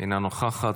אינה נוכחת.